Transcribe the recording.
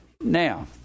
Now